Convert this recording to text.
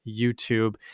YouTube